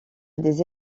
des